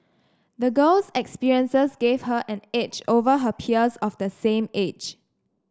the girl's experiences gave her an edge over her peers of the same age